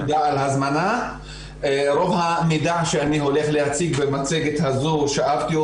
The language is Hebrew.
וגם מלמד באוניברסיטת חיפה.